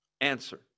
answer